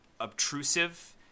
obtrusive